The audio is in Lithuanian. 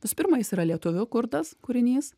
visų pirma jis yra lietuvių kurtas kūrinys